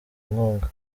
inkunga